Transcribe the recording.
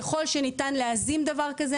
ככל שניתן להזים דבר כזה,